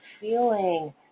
feeling